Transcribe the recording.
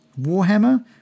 warhammer